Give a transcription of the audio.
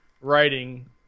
writing